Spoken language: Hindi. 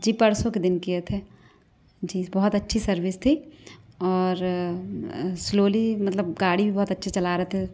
जी परसों के दिन किए थे जी बहुत अच्छी सर्विस थी और स्लोली मतलब गाड़ी बहुत अच्छी चला रहे थे